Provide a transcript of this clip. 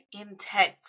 intent